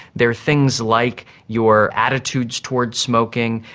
there are things like your attitudes towards smoking,